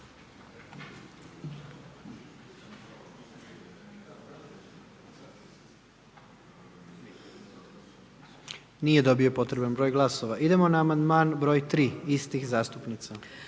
nije dobio potreban broj glasova. Idemo na amandman broj 2 istog zastupnika.